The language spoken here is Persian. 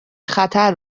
خطر